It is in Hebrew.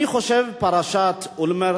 אני חושב שפרשת אולמרט